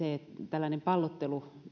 tällainen pallottelu